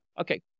okay